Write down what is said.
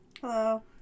Hello